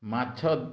ମାଛ